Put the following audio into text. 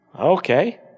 okay